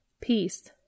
Peace